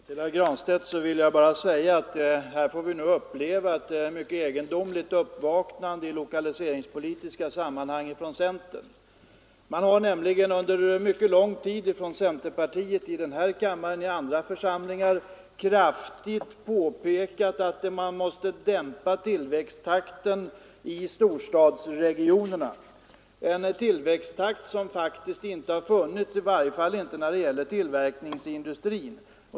Fru talman! Jag vill säga till herr Granstedt att här får vi nu uppleva ett mycket egendomligt uppvaknande i centerpartiet när det gäller lokaliseringspolitiken. Centern har under mycket lång tid i denna kammare och i andra församlingar kraftigt framhållit att man måste dämpa tillväxttakten i storstadsregionerna, en tillväxttakt som faktiskt inte har funnits, i varje fall inte när det gäller tillverkningsindustrin.